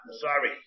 sorry